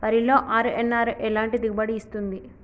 వరిలో అర్.ఎన్.ఆర్ ఎలాంటి దిగుబడి ఇస్తుంది?